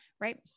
right